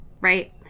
right